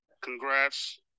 Congrats